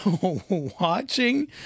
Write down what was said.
watching